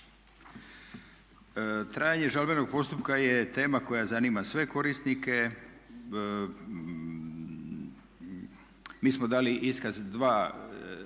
Trajanje žalbenog postupka je tema koja zanima sve korisnike. Mi smo dali iskaz